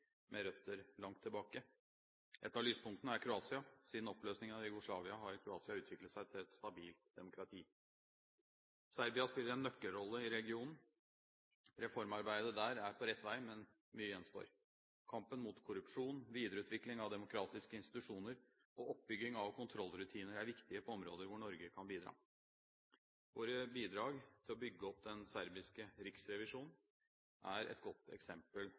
med røtter langt tilbake. Et av lyspunktene er Kroatia. Siden oppløsningen av Jugoslavia har Kroatia utviklet seg til et stabilt demokrati. Serbia spiller en nøkkelrolle i regionen. Reformarbeidet der er på rett vei, men mye gjenstår. Kampen mot korrupsjon, videreutvikling av demokratiske institusjoner og oppbygging av kontrollrutiner er viktige områder hvor Norge kan bidra. Våre bidrag til å bygge opp den serbiske riksrevisjonen er et godt eksempel